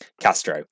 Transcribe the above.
Castro